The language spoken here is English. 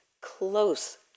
close